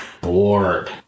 bored